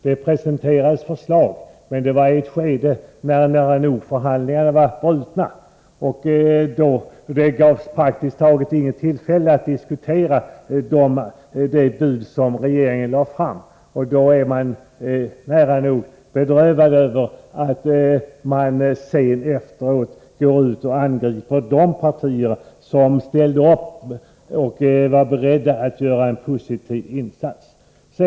Det presenterades förslag, men det var i ett skede när förhandlingarna nära nog var brutna, och det gavs praktiskt taget inget tillfälle att diskutera de bud som regeringen lade fram. Det gör mig verkligen bedrövad att man efteråt angriper de partier som ställde upp och var beredda att göra en positiv insats.